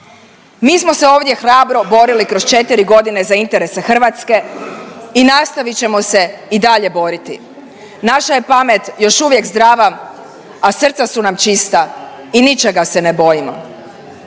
Mi smo se ovdje hrabro borili kroz 4.g. za interese Hrvatske i nastavit ćemo se i dalje boriti. Naša je pamet još uvijek zdrava, a srca su nam čista i ničega se ne bojimo.